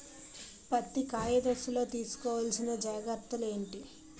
పత్తి కాయ దశ లొ తీసుకోవల్సిన జాగ్రత్తలు ఏంటి?